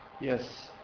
Yes